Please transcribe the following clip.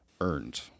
earned